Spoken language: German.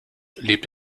lebt